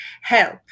help